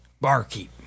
Barkeep